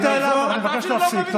אני מבקש להפסיק.